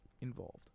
involved